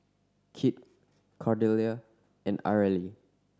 Kit Cordelia and Areli